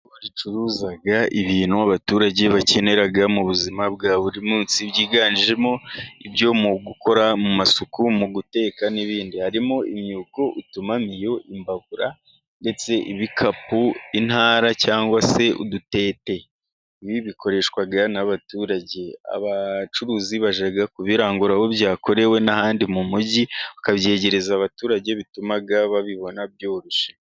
Bacuruza ibintu abaturage bakenera mu buzima bwa buri munsi, byiganjemo ibyo mu gukora mu masuku, mu guteka n'ibindi. Harimo imyuko, utumamiyo, imbabura ndetse ibikapu, intara cyangwa se udutete. Ibi bikoreshwa n'abaturage, abacuruzi bajya kubirangura aho byakorewe n'ahandi mu mujyi, bakabyegereza abaturage, bituma babibona byoroshye.